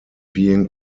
being